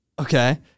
Okay